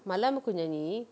malam aku nyanyi